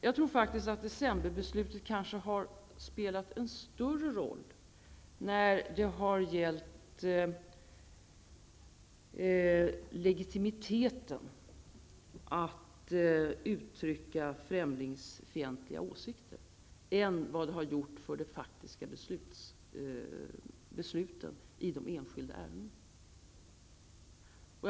Jag tror att decemberbeslutet har spelat en större roll när det har gällt legitimiteten att uttrycka främlingsfientliga åsikter än vad det har gjort för de faktiska besluten i de enskilda ärendena.